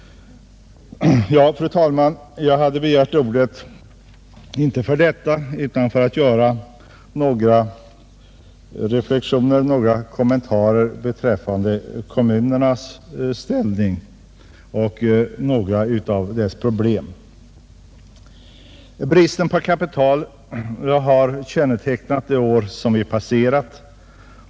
Fru talman! Jag har inte begärt ordet för att säga detta utan för att göra några kommentarer beträffande kommunernas ställning samt beröra några av deras problem. Bristen på kapital har kännetecknat det år som vi passerat.